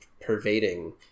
pervading